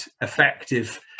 effective